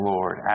Lord